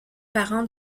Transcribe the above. parents